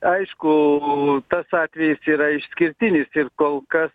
aišku tas atvejis yra išskirtinis ir kol kas